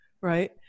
right